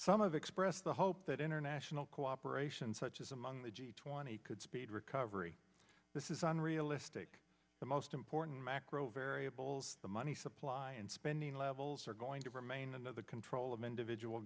some of expressed the hope that international cooperation such as among the g twenty could speed recovery this isn't realistic the most important macro variables the money supply and spending levels are going to remain in the control of individual